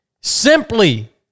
simply